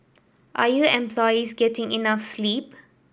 are your employees getting enough sleep